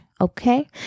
okay